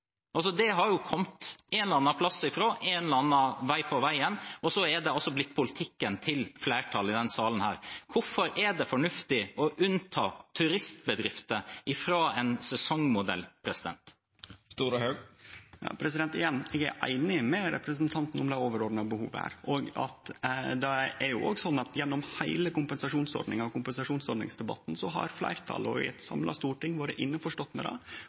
altså blitt politikken til flertallet i denne salen. Hvorfor er det fornuftig å unnta turistbedrifter fra en sesongmodell? Igjen: Eg er einig med representanten i det overordna behovet her. Det er òg sånn at gjennom heile debatten om kompensasjonsordninga har fleirtalet og eit samla storting vore innforstått med at det